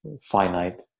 finite